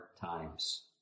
times